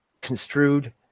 construed